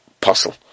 puzzle